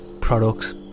products